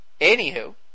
anywho